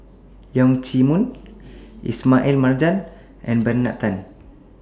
Leong Chee Mun Ismail Marjan and Bernard Tan